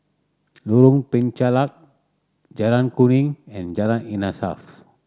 Lorong Penchalak Jalan Kuning and Jalan Insaf